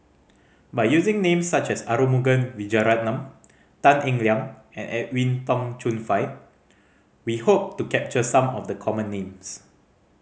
by using names such as Arumugam Vijiaratnam Tan Eng Liang and Edwin Tong Chun Fai we hope to capture some of the common names